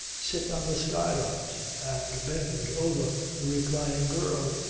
sit on the skylight and bend over the reclining girl,